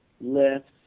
Lifts